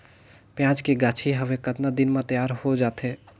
पियाज के गाछी हवे कतना दिन म तैयार हों जा थे?